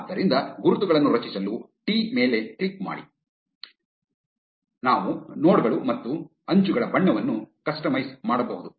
ಆದ್ದರಿಂದ ಗುರುತುಗಳನ್ನು ರಚಿಸಲು ಟಿ t ಮೇಲೆ ಕ್ಲಿಕ್ ಮಾಡಿ ನಾವು ನೋಡ್ ಗಳು ಮತ್ತು ಅಂಚುಗಳ ಬಣ್ಣವನ್ನು ಕಸ್ಟಮೈಸ್ ಮಾಡಬಹುದು